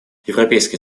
европейский